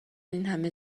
اینهمه